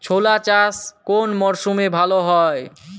ছোলা চাষ কোন মরশুমে ভালো হয়?